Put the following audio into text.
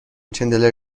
چندلر